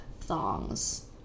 thongs